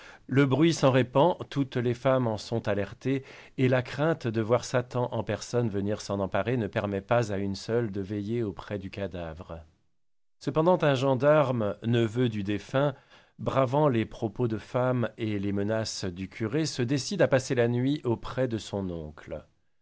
le bruit s'en répand toutes les femmes en sont alarmées et la crainte de voir satan en personne venir s'en emparer ne permet pas à une seule de veiller auprès du cadavre cependant un gendarme neveu du défunt bravant les propos de femmes et les menaces du curé se décide à passer la nuit auprès de son oncle